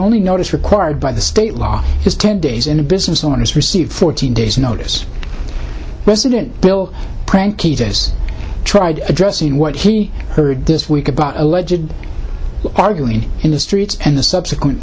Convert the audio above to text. only notice required by the state law is ten days in a business owners receive fourteen days notice resident bill tried addressing what he heard this week about allegedly arguing in the streets and the subsequent